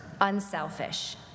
unselfish